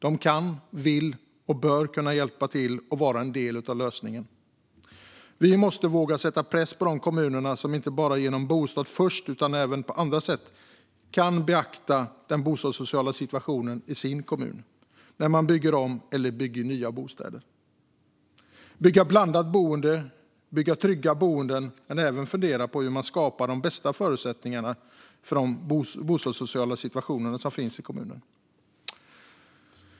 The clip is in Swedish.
De kan, vill och bör kunna hjälpa till och vara en del av lösningen. Vi måste våga sätta press på kommunerna, och inte bara genom Bostad först - även på andra sätt kan de beakta den bostadssociala situationen i kommunen när de bygger om eller bygger nya bostäder. Det gäller att bygga blandat boende och att bygga trygga boenden men även att fundera på hur man skapar de bästa förutsättningarna för den bostadssociala situationen i kommunen.